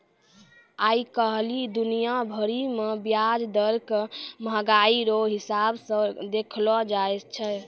आइ काल्हि दुनिया भरि मे ब्याज दर के मंहगाइ रो हिसाब से देखलो जाय छै